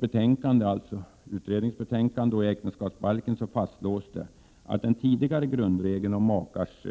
Både i utredningens betänkande och i äktenskapsbalken fastslås att den tidigare grundregeln för makars